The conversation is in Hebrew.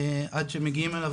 עד שמגיעים אליו,